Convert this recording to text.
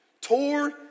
tore